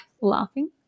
laughing